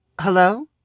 Hello